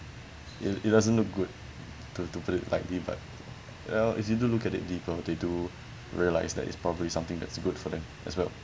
it it doesn't look good to to put it lightly but well if you do look at it deeper they do realise that it's probably something that's good for them as well